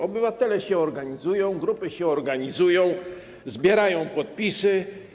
Obywatele się organizują, grupy się organizują, zbierają podpisy.